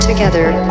together